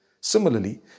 Similarly